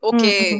Okay